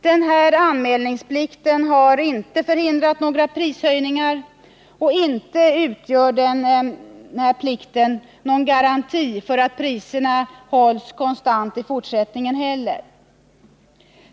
Denna anmälningsplikt har inte förhindrat några prishöjningar, och inte utgör anmälningsplikten någon garanti för att priserna hålls konstanta i fortsättningen heller.